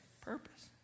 purpose